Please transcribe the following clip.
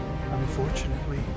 Unfortunately